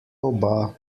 oba